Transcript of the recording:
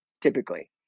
Typically